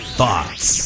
thoughts